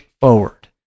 forward